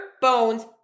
bones